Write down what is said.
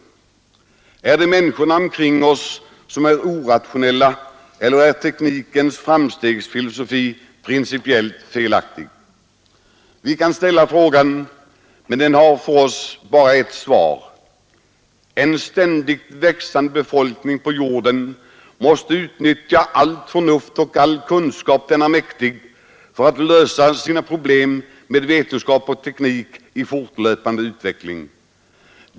Är det människorna omkring oss som är orationella eller är teknikens framstegsfilosofi principiellt felaktig? Vi kan ställa frågan, men den har för oss bara ett svar. En ständigt växande befolkning på jorden måste utnyttja allt förnuft och all kunskap den är mäktig för att lösa sina problem med vetenskap och teknik i fortlöpande utveckling.